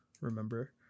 remember